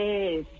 Yes